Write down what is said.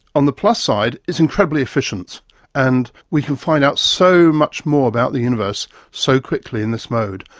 on the plus side it's incredibly efficient and we can find out so much more about the universe so quickly in this mode,